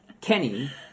Kenny